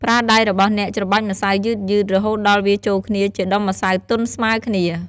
ប្រើដៃរបស់អ្នកច្របាច់ម្សៅយឺតៗ រហូតដល់វាចូលគ្នាជាដុំម្សៅទន់ស្មើគ្នា។